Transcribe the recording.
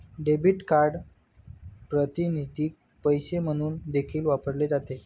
debit card प्रातिनिधिक पैसे म्हणून देखील वापरले जाते